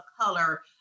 color